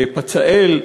בפצאל,